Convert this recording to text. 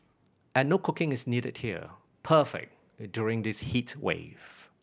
and no cooking is needed here perfect during this heat wave